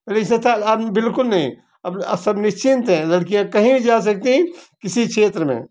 पहले ऐसे था अब बिल्कुल नहीं अब सब निश्चिंत है लड़कियाँ कहीं भी जा सकती हैं किसी क्षेत्र में